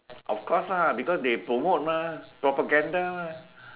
of course lah because they promote mah propaganda mah